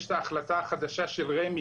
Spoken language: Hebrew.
יש את ההחלטה החדשה של רמ"י,